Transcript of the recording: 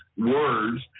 Words